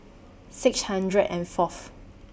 six hundred and Fourth